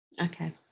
okay